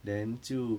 then 就